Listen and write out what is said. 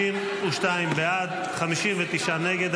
52 בעד, 59 נגד.